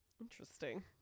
Interesting